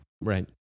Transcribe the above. Right